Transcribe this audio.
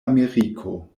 ameriko